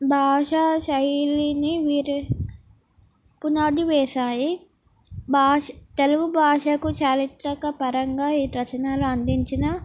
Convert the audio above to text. భాషా శైలిని వీరు పునాది వేేసాయి భాష తెలుగు భాషకు చారిత్రక పరంగా ఈ రచనలు అందించిన